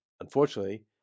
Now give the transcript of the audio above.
unfortunately